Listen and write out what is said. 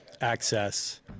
access